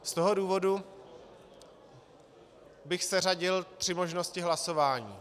Z toho důvodu bych seřadil tři možnosti hlasování.